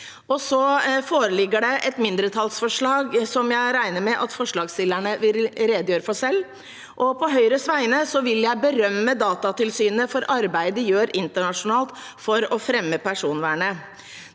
Det foreligger et mindretallsforslag, som jeg regner med at forslagsstillerne vil redegjøre for selv. På Høyres vegne vil jeg berømme Datatilsynet for arbeidet de gjør internasjonalt for å fremme personvernet.